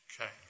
Okay